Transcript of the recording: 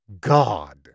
God